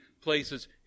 places